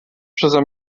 przeze